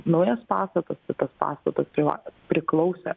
naujas pastatas tai tas pastatas priva priklausė